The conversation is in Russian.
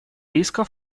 риска